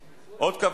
הכלכלה, גם